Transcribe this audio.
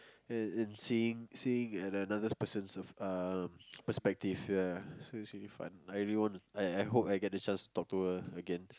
and seeing seeing another person's of uh perspective so it's really fun I really want I hope I get another chance to talk to her again